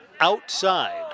outside